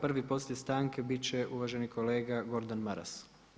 Prvi poslije stanke bit će uvaženi kolega Gordan Maras.